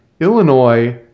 Illinois